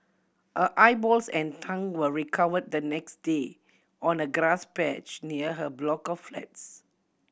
her eyeballs and tongue were recovered the next day on a grass patch near her block of flats